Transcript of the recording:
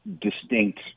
distinct